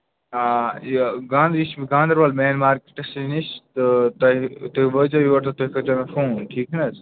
آ یہِ گا یہِ چھُ گاندَربَل مین مارکیٹَس نِش تہٕ تۄہہِ تُہۍ وٲتزیٚو یور تہٕ تُہۍ کٔرزیٚو مےٚ فون ٹھیٖک چھِ حظ